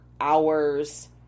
hours